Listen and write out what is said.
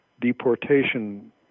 deportation